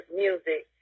music